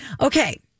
Okay